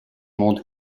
mode